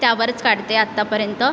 त्यावरच काढते आतापर्यंत